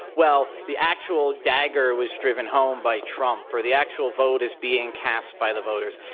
well, the actual dagger was driven home by trump, or the actual vote is being cast by the voters.